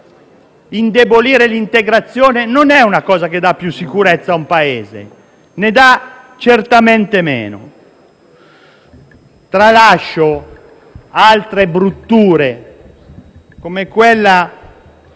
indebolire l'integrazione non è qualcosa che dà più sicurezza a un Paese, ma ne dà certamente meno. Tralascio altre brutture, come quella